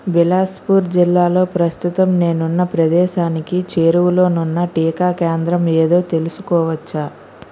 బిలాస్పూర్ జిల్లాలో ప్రస్తుతం నేనున్న ప్రదేశానికి చేరువలోనున్న టీకా కేంద్రం ఏదో తెలుసుకోవచ్చా